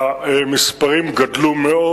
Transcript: המספרים גדלו מאוד.